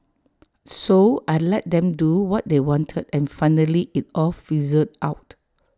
so I let them do what they wanted and finally IT all fizzled out